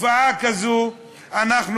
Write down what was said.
תופעה כזאת אנחנו,